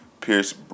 Pierce